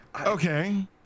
Okay